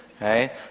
right